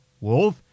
Wolf